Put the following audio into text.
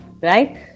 Right